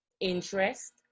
interest